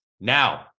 Now